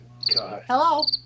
Hello